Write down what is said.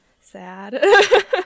sad